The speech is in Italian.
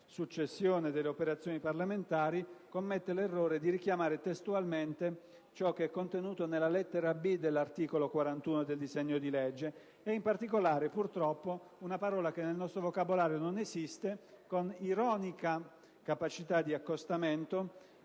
successione delle operazioni parlamentari si è commesso l'errore di richiamare testualmente ciò che è contenuto nella lettera *b)* dell'articolo 41 del disegno di legge, e in particolare, purtroppo, una parola che nel nostro vocabolario non esiste, inserita, con ironica capacità di accostamento, vicino